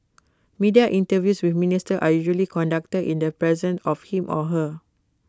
media interviews with ministers are usually conducted in the presence of him or her